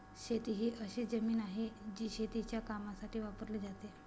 शेती ही अशी जमीन आहे, जी शेतीच्या कामासाठी वापरली जाते